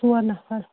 ژور نَفر